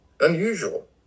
unusual